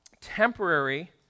temporary